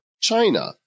China